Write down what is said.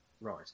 Right